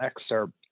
excerpt